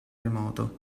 remoto